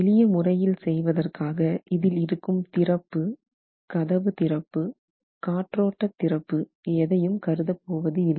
எளிய முறையில் செய்வதற்காக இதில் இருக்கும் திறப்பு கதவு திறப்பு காற்றோட்ட திறப்பு எதையும் கருதப்படுவது இல்லை